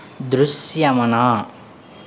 దృశ్యమనా